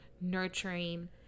nurturing